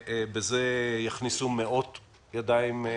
בזה יכניסו מאות ידיים מתבקשות.